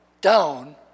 down